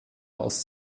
aus